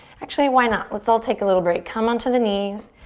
actually why not? let's all take a little break. come onto the knees.